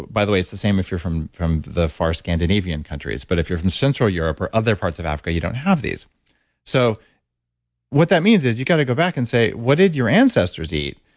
by the way, it's the same if you're from from the far scandinavian countries, but if you're from central europe or other parts of africa, you don't have these so what that means is you got to go back and say, what did your ancestors eat?